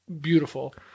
beautiful